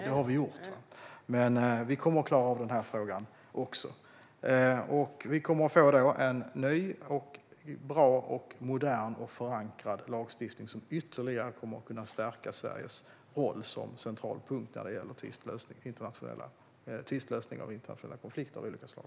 Det har vi gjort, och vi kommer också att klara av den här frågan. Vi kommer att få en ny, bra, modern och förankrad lagstiftning som ytterligare kommer att kunna stärka Sveriges roll som centralpunkt när det gäller internationella tvistlösningar av internationella konflikter av olika slag.